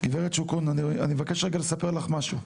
אני מבקש רגע לספר לך משהו,